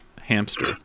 hamster